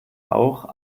auch